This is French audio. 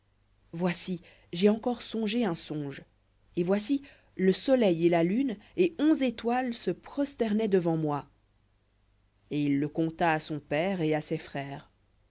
voici j'ai encore songé un songe et voici le soleil et la lune et onze étoiles se prosternaient devant moi et il le conta à son père et à ses frères